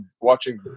watching